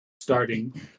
starting